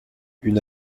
une